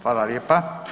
Hvala lijepa.